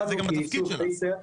זה גם התפקיד שלה.